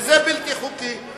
שזה בלתי חוקי,